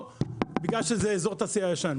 בגלל שזה אזור תעשייה ישן.